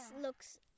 looks